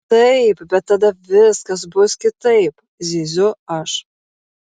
taip bet tada viskas bus kitaip zyziu aš